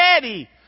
daddy